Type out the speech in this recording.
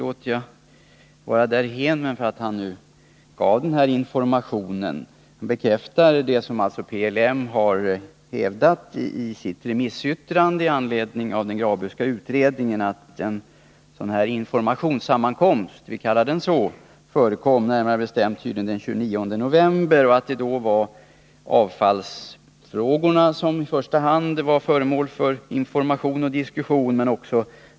Om han var oprovocerad eller inte lämnar jag därhän, men svaret bekräftar alltså vad PLM har hävdat i sitt remissyttrande i anledning av den Graböska utredningen, nämligen att en sådan informationssammankomst — vi kan kalla den så — förekom, närmare bestämt tydligen den 29 november, och att det då i första hand var avfallsfrågorna men också burkproduktionen som var föremål för information och diskussion.